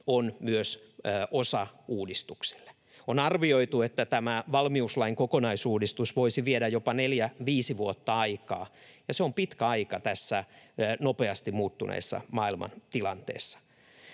on myös osauudistuksille. On arvioitu, että tämä valmiuslain kokonaisuudistus voisi viedä jopa neljä viisi vuotta aikaa, ja se on pitkä aika tässä nopeasti muuttuneessa maailmantilanteessa.